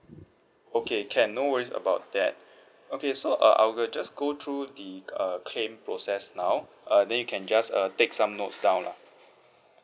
okay can no worries about that okay so uh I'll just go through the uh claim process now uh then you can just uh take some notes down lah